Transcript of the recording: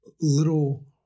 little